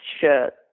shirt